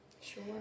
Sure